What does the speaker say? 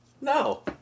no